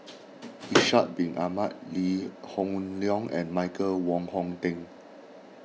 Ishak Bin Ahmad Lee Hoon Leong and Michael Wong Hong Teng